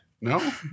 No